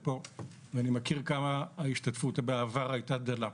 אני מכיר כמה ההשתתפות בעבר הייתה דלה.